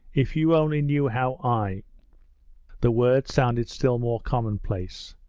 if you only knew how i the words sounded still more commonplace,